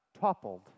toppled